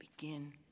begin